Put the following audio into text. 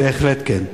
בהחלט כן.